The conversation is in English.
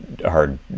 hard